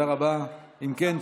אם כן,